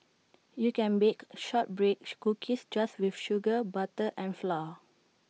you can bake shortbread cookies just with sugar butter and flour